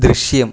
ദൃശ്യം